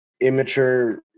immature